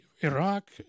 Iraq